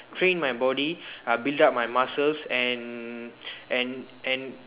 train my body uh build up my muscles and and and